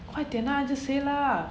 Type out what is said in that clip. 快点 ah just say lah